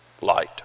light